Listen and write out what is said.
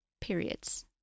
periods